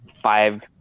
five